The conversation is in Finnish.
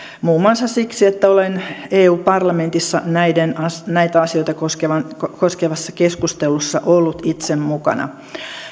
muun muassa siksi että olen eu parlamentissa näitä asioita koskevassa keskustelussa ollut itse mukana